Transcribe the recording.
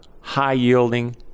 high-yielding